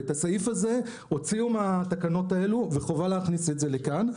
ואת הסעיף הזה הוציאו מהתקנות האלו וחובה להכניס את זה לכאן.